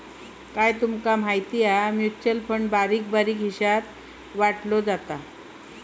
काय तूमका माहिती हा? म्युचल फंड बारीक बारीक हिशात वाटलो जाता